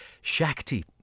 Shakti